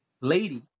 lady